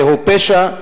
זהו פשע,